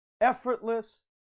effortless